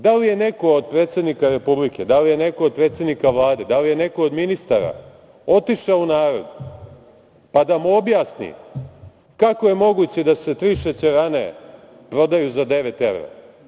Da li je neko od predsednika Republike, da li je neko od predsednika Vlade, da li je neko od ministara otišao u narod, pa da mu objasni kako je moguće da se tri šećerane prodaju za devet evra?